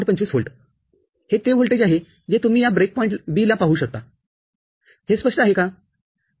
२५ व्होल्टहे ते व्होल्टेज आहे जे तुम्ही या ब्रेक पॉईंट B ला पाहू शकता हे स्पष्ट आहे का